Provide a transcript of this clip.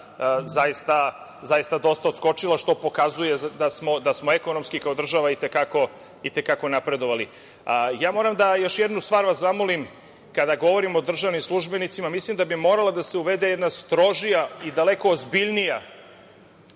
zaista dosta odskočila, što pokazuje da smo ekonomski kao država i te kako napredovali. Moram još jednu stvar da vas zamolim. Kada govorimo o državnim službenicima, mislim da bi morala da se uvede jedna strožija i daleko ozbiljnija